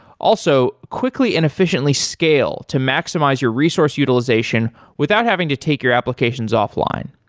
also, quickly and efficiently scale to maximize your resource utilization without having to take your applications off line.